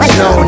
no